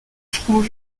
franc